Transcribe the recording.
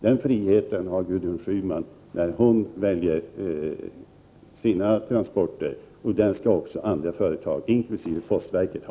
Den friheten har Gudrun Schyman när hon väljer transportmedel. Den friheten skall också företag inkl. postverket ha.